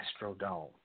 Astrodome